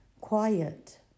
Quiet